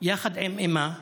יחד עם אימה בהפצצות.